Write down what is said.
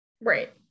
right